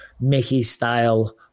Mickey-style